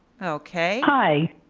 okay. hi.